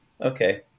okay